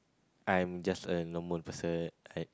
I'm just a normal person I